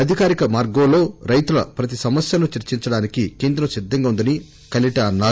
అధికారిక మార్గంలో రైతుల ప్రతి సమస్యను చర్చించడానికి కేంద్రం సిద్దంగా ఉందని కవిట తెలిపారు